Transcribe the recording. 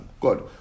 Good